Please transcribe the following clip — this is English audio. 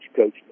coach